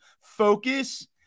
focus